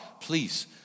please